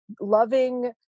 loving